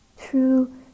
true